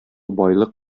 байлык